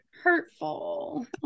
Hurtful